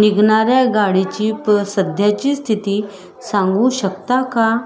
निघणाऱ्या गाडीची प सध्याची स्थिती सांगू शकता का